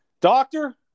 Doctor